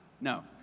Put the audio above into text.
No